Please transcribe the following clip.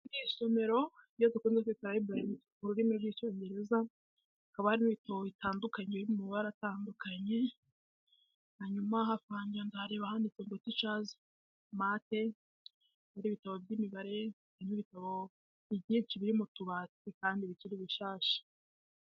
Ni isomero iyo dukunze kwita layiburari mu rurimi rw'icyongereza, akaba harimo ibitabo bitandukanye biri mu mabara atandukanye, hanyuma hari ahanditse ngo ticazi mate, ni ibitabo by'imibare, ibitabo byinshi biri mu tubati kandi bikiri bishasha.